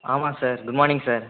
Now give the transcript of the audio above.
ஆமாம் sir good morning sir